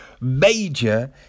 Major